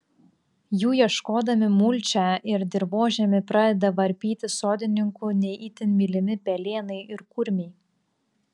jų ieškodami mulčią ir dirvožemį pradeda varpyti sodininkų ne itin mylimi pelėnai ir kurmiai